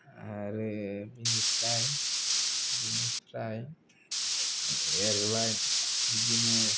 आरो बिनिफ्राय बिनिफ्राय एरबाय बिदिनो